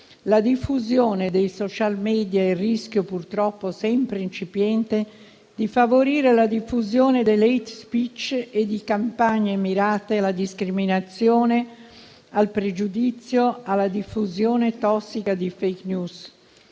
la diffusione dei *social media* e il rischio, purtroppo sempre incipiente, di favorire la diffusione dell'*hate speech* e di campagne mirate alla discriminazione, al pregiudizio e alla diffusione tossica di *fake news*.